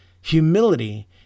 Humility